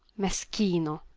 meschino,